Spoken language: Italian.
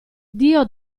dio